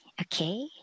okay